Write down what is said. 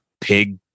pig